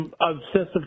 obsessive